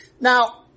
Now